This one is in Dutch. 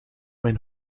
mijn